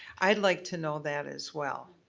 i'd like to know that as well.